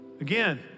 Again